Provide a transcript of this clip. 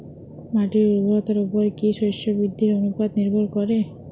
মাটির উর্বরতার উপর কী শস্য বৃদ্ধির অনুপাত নির্ভর করে?